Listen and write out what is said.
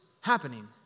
happening